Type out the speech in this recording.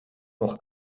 noch